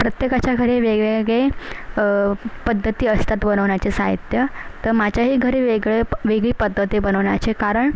प्रत्येकाच्या घरी वेगवेगळे पद्धती असतात बनवण्याचे साहित्य तर माझ्याही घरी वेगळं वेगळी पद्धत आहे बनवण्याची कारण